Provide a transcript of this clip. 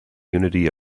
unity